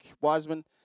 Wiseman